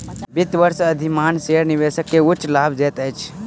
वित्त वर्ष में अधिमानी शेयर निवेशक के उच्च लाभ दैत अछि